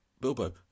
Bilbo